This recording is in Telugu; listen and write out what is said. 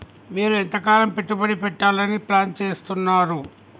మీరు ఎంతకాలం పెట్టుబడి పెట్టాలని ప్లాన్ చేస్తున్నారు?